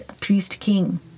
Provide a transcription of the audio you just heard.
priest-king